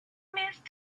alchemist